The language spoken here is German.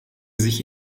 sich